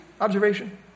observation